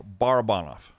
Barabanov